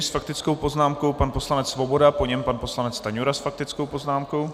S faktickou poznámkou pan poslanec Svoboda, po něm pan poslanec Stanjura s faktickou poznámkou.